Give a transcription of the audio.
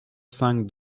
cinq